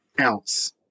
ounce